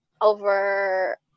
over